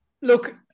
Look